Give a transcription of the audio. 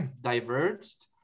diverged